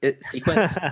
sequence